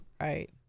Right